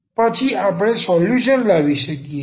પછી આપણે સોલ્યુશન લાવી શકીએ છે